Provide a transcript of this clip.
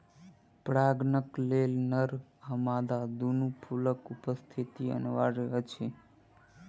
परागणक लेल नर आ मादा दूनू फूलक उपस्थिति अनिवार्य अछि